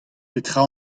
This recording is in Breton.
petra